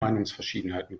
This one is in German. meinungsverschiedenheiten